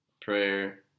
prayer